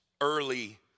early